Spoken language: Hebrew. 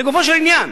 לגופו של עניין.